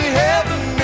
heaven